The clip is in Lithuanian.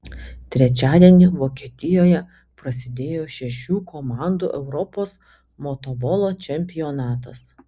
trečiadienį vokietijoje prasidėjo šešių komandų europos motobolo čempionatas